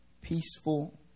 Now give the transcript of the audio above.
peaceful